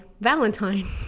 Valentine